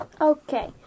Okay